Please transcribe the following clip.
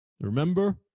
Remember